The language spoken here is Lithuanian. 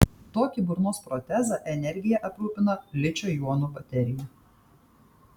tokį burnos protezą energija aprūpina ličio jonų baterija